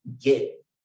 get